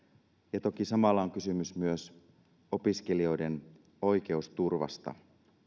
ja toki samalla on kysymys opiskelijoiden oikeusturvasta